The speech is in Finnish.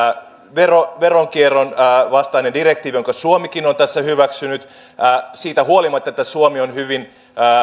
veronkierron vastainen direktiivi jonka suomikin on tässä hyväksynyt siitä huolimatta että suomi on hyvin